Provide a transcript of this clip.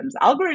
Algorithms